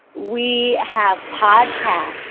we have podcasts.